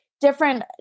different